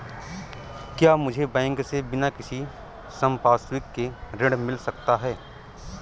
क्या मुझे बैंक से बिना किसी संपार्श्विक के ऋण मिल सकता है?